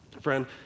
Friend